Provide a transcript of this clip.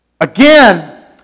Again